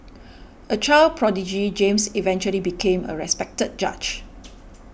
a child prodigy James eventually became a respected judge